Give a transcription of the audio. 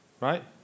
right